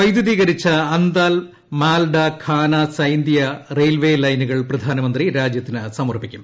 വൈദ്യുതീകരിച്ച Andal Malda Khana Sainthia railway ലൈനുകൾ പ്രധാനമന്ത്രി രാജ്യത്തിന് സമർപ്പിക്കും